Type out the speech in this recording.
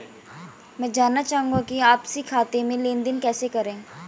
मैं जानना चाहूँगा कि आपसी खाते में लेनदेन कैसे करें?